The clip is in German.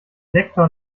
lektor